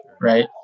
right